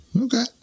Okay